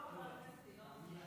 לא חבר הכנסת ינון אזולאי.